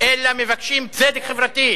אלא מבקשים צדק חברתי.